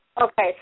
Okay